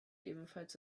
ebenfalls